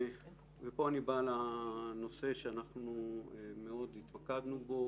פה אני בא לנושא שמאוד התמקדנו בו,